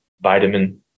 vitamin